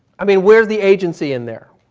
i mean, where's the agency in there?